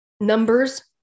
numbers